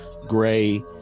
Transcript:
gray